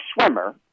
swimmer